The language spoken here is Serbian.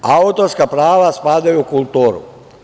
Autorska prava spadaju u kulturu.